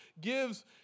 gives